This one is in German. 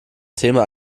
thema